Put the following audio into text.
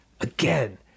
Again